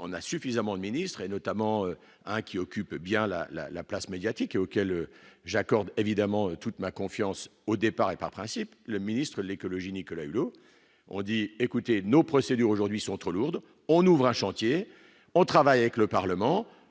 on a suffisamment de ministres et notamment un qui occupe bien la la la place médiatique et auxquels j'accorde évidemment toute ma confiance au départ et par principe, le ministre de l'Écologie, Nicolas Hulot, on dit écoutez nos procédures aujourd'hui sont trop lourdes, on ouvre un chantier, on travaille avec le Parlement,